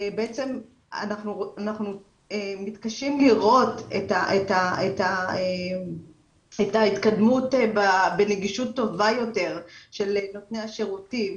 אנחנו מתקשים לראות את ההתקדמות בנגישות טובה יותר של נותני השירותים.